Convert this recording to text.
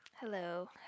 Hello